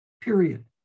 period